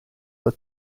for